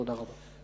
תודה רבה.